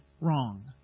wrong